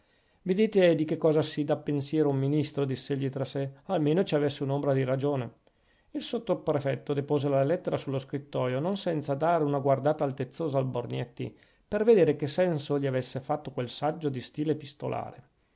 vedete di che cosa si dà pensiero un ministro diss'egli tra sè almeno ci avesse un'ombra di ragione il sottoprefetto depose la lettera sullo scrittoio non senza dare una guardata altezzosa al borgnetti per vedere che senso gli avesse fatto quel saggio di stile epistolare